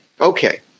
Okay